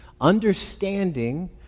Understanding